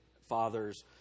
fathers